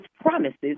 promises